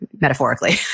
metaphorically